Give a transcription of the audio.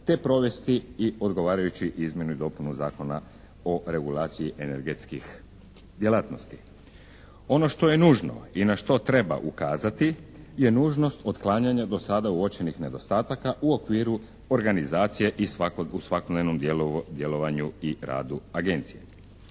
te provesti i odgovarajuću izmjenu i dopunu Zakona o regulaciji energetskih djelatnosti. Ono što je nužno i na što treba ukazati je nužnost otklanjanja do sada uočenih nedostataka u okviru organizacije u svakodnevnom djelovanju i radu agencije.